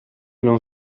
non